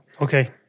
Okay